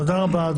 תודה רבה.